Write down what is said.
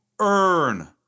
Earn